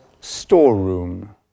storeroom